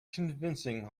convincing